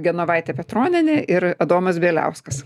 genovaitė petronienė ir adomas bieliauskas